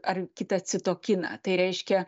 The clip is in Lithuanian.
ar kitą citokiną tai reiškia